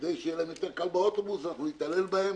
כדי שיהיה להם יותר קל באוטובוס, אנחנו נתעלל בהם,